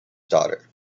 daughter